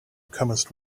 comest